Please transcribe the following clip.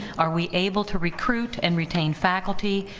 are we able to recruit and retain faculty,